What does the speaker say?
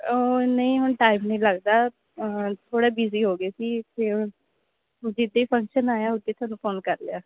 ਨਹੀਂ ਹੁਣ ਟਾਈਮ ਨਹੀਂ ਲੱਗਦਾ ਥੋੜ੍ਹਾ ਬੀਜ਼ੀ ਹੋ ਗਏ ਸੀ ਫਿਰ ਜਿੱਦਾਂ ਹੀ ਫੰਕਸ਼ਨ ਆਇਆ ਉੱਦਾਂ ਹੀ ਤੁਹਾਨੂੰ ਫ਼ੋਨ ਕਰ ਲਿਆ